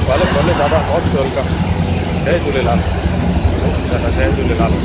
भले भले दादा मोस्ट वेलकम जय झूलेलाल ओके दादा जय झूलेलाल